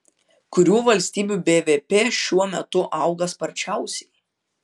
kurių valstybių bvp šiuo metu auga sparčiausiai